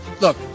Look